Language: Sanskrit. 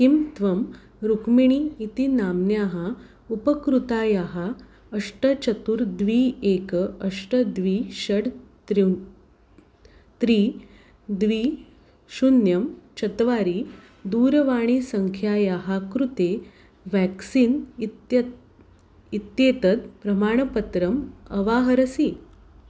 किं त्वं रुक्मिणी इति नाम्न्याः उपकृतायाः अष्ट चतुर् द्वे एकम् अष्ट द्वे षड् त्रीणि त्रीणि द्वे शून्यं चत्वारि दूरवाणीसङ्ख्यायाः कृते व्याक्सीन् इत्येतत् इत्येतत् प्रमाणपत्रम् अवाहरसि